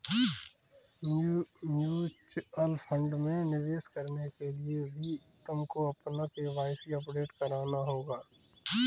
mutual fund में निवेश करने के लिए भी तुमको अपना के.वाई.सी अपडेट कराना होगा